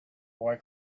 boy